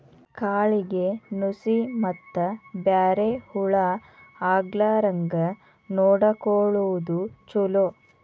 ಕಾಳಿಗೆ ನುಶಿ ಮತ್ತ ಬ್ಯಾರೆ ಹುಳಾ ಆಗ್ಲಾರಂಗ ನೊಡಕೊಳುದು ಚುಲೊ